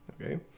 okay